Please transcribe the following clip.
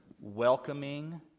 welcoming